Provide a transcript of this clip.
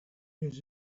his